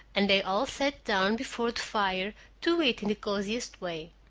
and they all sat down before the fire to eat in the coziest way.